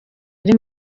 ari